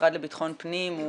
המשרד לביטחון פנים, הוא